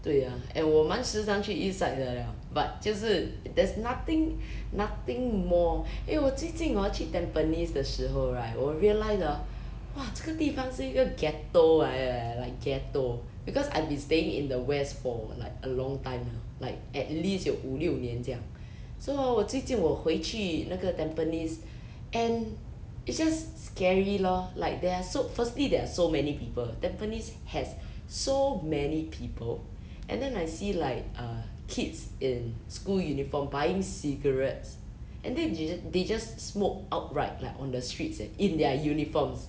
对啊 and 我蛮时常去 east side 的 eh but 就是 there's nothing nothing more eh 我最近 hor 去 tampines 的时候 right 我 realise ah !wah! 这个地方是一个 ghetto 来的 eh like ghetto because I've been staying in the west for like a long time now like at least 有五六年这样 so 我 hor 最近我回去那个 tampines and it's just scary lor like they're so firstly there are so many people tampines has so many people and then I see like uh kids in school uniform buying cigarettes and then they they just smoke outright like on the streets eh in their uniforms